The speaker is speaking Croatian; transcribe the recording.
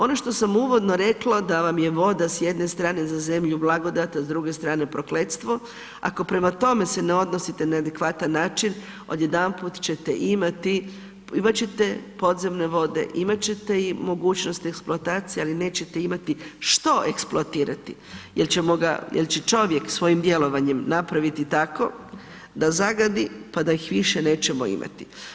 Ono što sam uvodno rekla da vam je voda s jedne strane za zemlju blagodata a s druge strane prokletstvo, ako prema tome se ne odnosite na adekvatan način, odjedanput ćete imati, imat ćete podzemne vode, imat ćete i mogućnost eksploatacije ali neće imati što eksploatirati jer će čovjek svojim djelovanjem napraviti tako da ih zagadi pa da ih više nećemo imati.